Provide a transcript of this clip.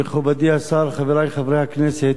מכובדי השר, חברי חברי הכנסת,